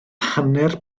hanner